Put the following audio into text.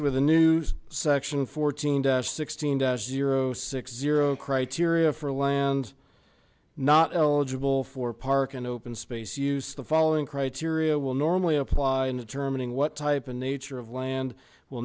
it with a news section fourteen dash sixteen doubt zero six zero criteria for land not eligible for park and open space use the following criteria will normally apply in determining what type of nature of land will